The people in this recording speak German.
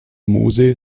mose